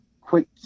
quick